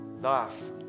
Laugh